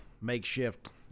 makeshift